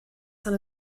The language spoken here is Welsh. tan